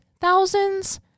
thousands